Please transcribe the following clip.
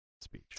speech